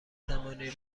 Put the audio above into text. زمانی